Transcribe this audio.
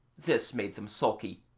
this made them sulky,